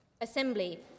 Assembly